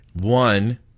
one –